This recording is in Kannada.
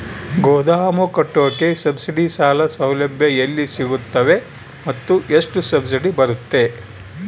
ಗೋದಾಮು ಕಟ್ಟೋಕೆ ಸಬ್ಸಿಡಿ ಸಾಲ ಸೌಲಭ್ಯ ಎಲ್ಲಿ ಸಿಗುತ್ತವೆ ಮತ್ತು ಎಷ್ಟು ಸಬ್ಸಿಡಿ ಬರುತ್ತೆ?